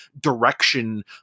direction